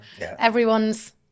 everyone's